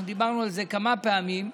אנחנו דיברנו על זה כמה פעמים,